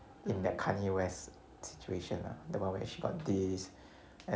in that kanye west situation lah the one where she got dissed